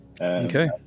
Okay